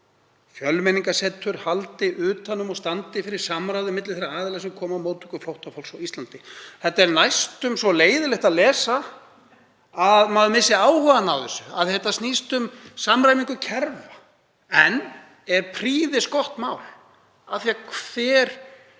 Fjölmenningarsetur haldi utan um og standi fyrir samráði milli þeirra aðila sem koma að móttöku flóttafólks á Íslandi. Þetta er næstum svo leiðinlegt að lesa að maður missi áhugann á þessu, snýst um samræmingu í kerfinu. En þetta er prýðisgott mál